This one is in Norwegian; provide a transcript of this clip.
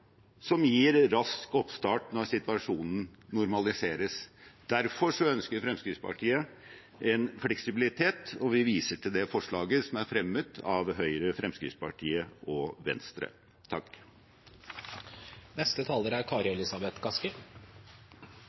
som gir rask oppstart når situasjonen normaliseres. Derfor ønsker Fremskrittspartiet en fleksibilitet, og vi viser til det forslaget som er fremmet av Høyre, Fremskrittspartiet og Venstre.